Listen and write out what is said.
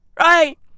right